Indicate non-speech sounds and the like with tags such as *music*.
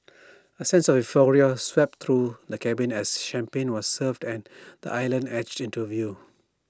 *noise* A sense of euphoria swept through the cabin as champagne was served and the island edged into view